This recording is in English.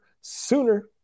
Sooner